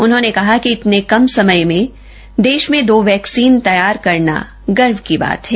उन्होंने कहा कि इतने कम समय में देष में दो वैक्सीन तैयार करना गर्व की बात है